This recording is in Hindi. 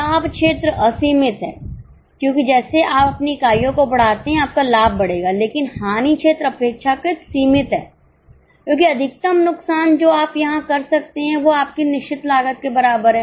लाभ क्षेत्र असीमित है क्योंकि जैसे आप अपनी इकाइयों को बढ़ाते हैं आपका लाभ बढ़ेगा लेकिन हानि क्षेत्र अपेक्षाकृत सीमित है क्योंकि अधिकतम नुकसान जो आप यहां कर सकते हैं वह आपकी निश्चित लागत के बराबर है